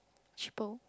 cheaper